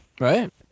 Right